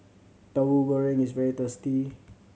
Tauhu Goreng is very tasty